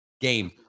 game